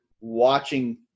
watching